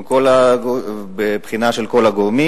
עם בחינה של כל הגורמים,